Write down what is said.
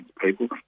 people